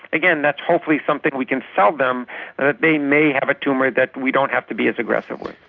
again that's hopefully something we can tell them, that they may have a tumour that we don't have to be as aggressive with.